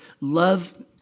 Love